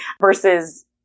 versus